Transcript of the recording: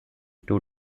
two